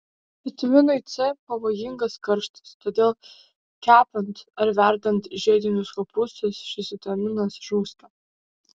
vitaminui c pavojingas karštis todėl kepant ar verdant žiedinius kopūstus šis vitaminas žūsta